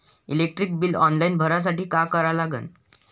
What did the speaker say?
Electric bill online भरासाठी का करा लागन?